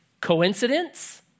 Coincidence